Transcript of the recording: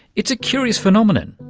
it's a curious phenomenon.